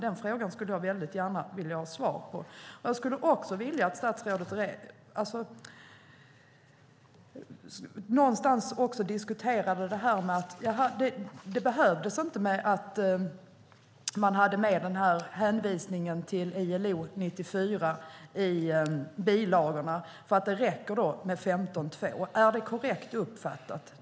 Den frågan vill jag gärna ha svar på. Jag skulle också vilja att statsrådet sade någonting om att hänvisningen till ILO 94 inte behöver vara med i bilagorna eftersom det räcker med 15.2. Är det korrekt uppfattat?